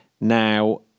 Now